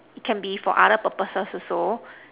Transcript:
can be for other purposes also